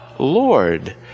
Lord